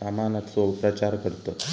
सामानाचो प्रचार करतत